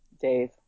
Dave